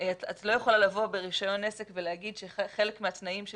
את לא יכולה לבוא ברישיון עסק ולהגיד שחלק מהתנאים של